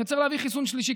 שצריך להביא חיסון שלישי.